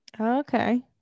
Okay